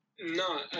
No